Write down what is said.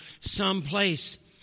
someplace